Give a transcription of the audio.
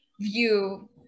view